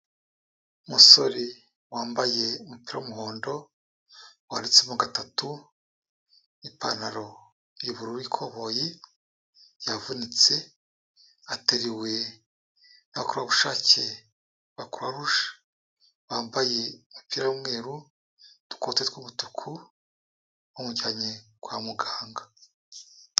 Umusore wambaye umupira w'umuhondo, wanditsemo gatatu, ipantaro y'ubururu y'ikoboyi, yavunitse, ateruwe n'abakorerabushake ba Croix Rouge bambaye umupira w'umweru n'udukote tw'umutuku, bamujyanye kwa muganga.